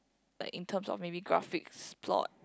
like in terms of maybe graphics plot